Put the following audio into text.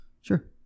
Sure